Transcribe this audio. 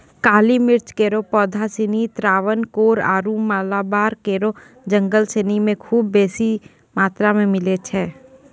काली मिर्च केरो पौधा सिनी त्रावणकोर आरु मालाबार केरो जंगल सिनी म खूब बेसी मात्रा मे मिलै छै